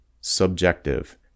subjective